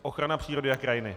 Ochrana přírody a krajiny.